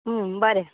बरें